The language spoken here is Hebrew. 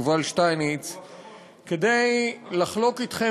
תודה לך,